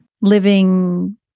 living